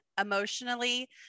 emotionally